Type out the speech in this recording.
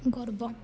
ଗର୍ବ